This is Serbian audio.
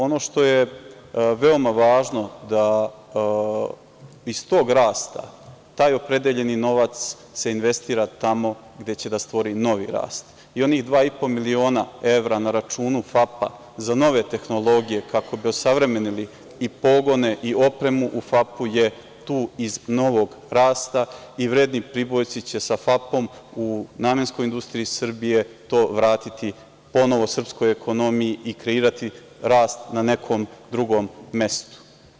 Ono što je veoma važno je da iz tog rasta taj opredeljeni novac se investira tamo gde će da stvori novi rast i onih 2,5 miliona evra na računu FAP-a za nove tehnologije kako bi osavremenili i pogone i opremu u FAP-u je tu iz novog rasta i vredni Pribojci će sa FAP-om u namenskoj industriji Srbiji to vratiti ponovo srpskoj ekonomiji i kreirati rast na nekom drugom mestu.